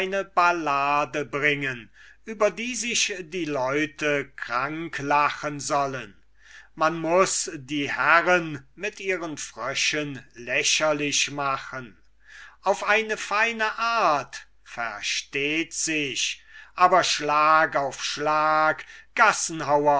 ballade bringen über die sich die leute krank lachen sollen man muß die herren mit ihren fröschen lächerlich machen auf eine feine art versteht sich aber schlag auf schlag gassenhauer